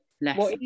less